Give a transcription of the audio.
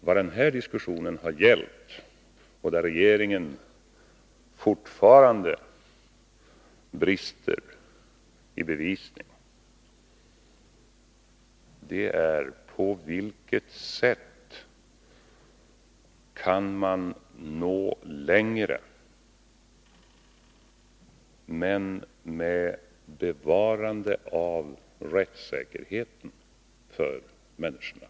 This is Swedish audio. Vad den här diskussionen har gällt, och där regeringen fortfarande brister i bevisning, är på vilket sätt man kan nå längre men med bevarande av rättssäkerheten för människorna.